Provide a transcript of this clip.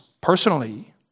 personally